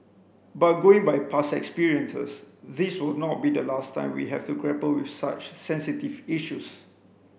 but going by past experiences this will not be the last time we have to grapple with such sensitive issues